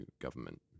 government